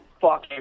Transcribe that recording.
fuck